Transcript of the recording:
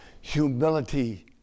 humility